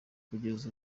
kugeza